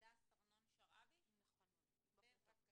הדס ארנון- שרעבי, בבקשה.